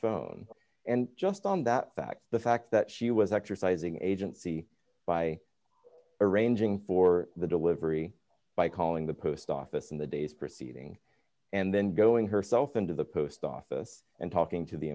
phone and just on that fact the fact that she was exercising agency by arranging for the delivery by calling the post office in the days preceding and then going herself into the post office and talking to the